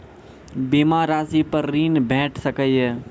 बीमा रासि पर ॠण भेट सकै ये?